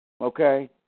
okay